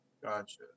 gotcha